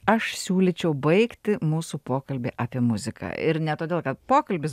aš siūlyčiau baigti mūsų pokalbį apie muziką ir ne todėl kad pokalbis